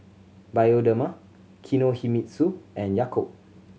Bioderma Kinohimitsu and Yakult